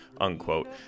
unquote